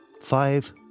Five